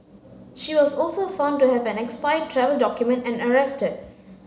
she was also found to have an expired travel document and arrested